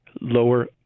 lower